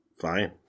fine